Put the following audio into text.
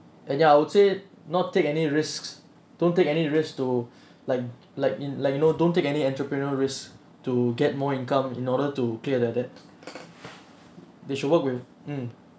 and ya I would say not take any risks don't take any risk to like like in like you know don't take any entrepreneur risk to get more income in order to clear their debt they should work with mm